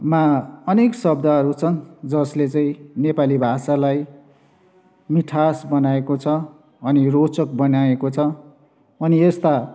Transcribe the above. मा अनेक शब्दहरू छन् जसले चाहिँ नेपाली भाषालाई मिठास बनाएको छ अनि रोचक बनाएको छ अनि यस्ता